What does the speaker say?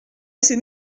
assez